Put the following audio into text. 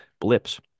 blips